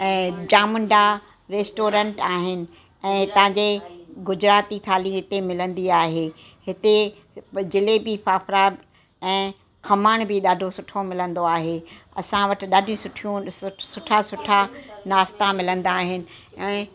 ऐं चामुंडा रेस्टोरेंट आहिन ऐं हितां जे गुजराती थाली हिते मिलंदी आहे हिते जलेबी फ़ाफ़रा ऐं खमण बि ॾाढो सुठो मिलंदो आहे असां वटि ॾाढियूं सुठियूं ॾिस सुठा सुठा नास्ता मिलंदा आहिनि ऐं